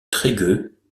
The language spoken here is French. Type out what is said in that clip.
trégueux